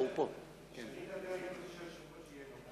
אני מבקש שהיושב-ראש יהיה נוכח.